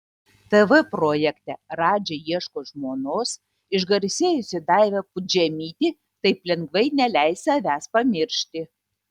tv projekte radži ieško žmonos išgarsėjusi daiva pudžemytė taip lengvai neleis savęs pamiršti